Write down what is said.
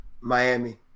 Miami